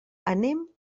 anem